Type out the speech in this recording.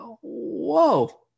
whoa